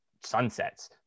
sunsets